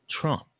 Trump